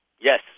Yes